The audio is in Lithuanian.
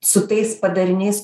su tais padariniais